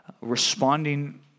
responding